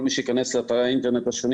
כל מי שייכנס לאתרי האינטרנט השונים